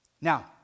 Now